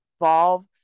involve